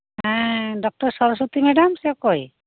ᱦᱮᱸ doctor Saraswati madam ᱥᱮ ᱚᱠᱚᱭ